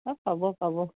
অঁ পাব পাব